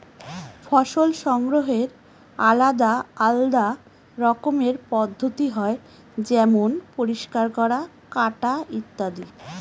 ফসল সংগ্রহের আলাদা আলদা রকমের পদ্ধতি হয় যেমন পরিষ্কার করা, কাটা ইত্যাদি